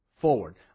forward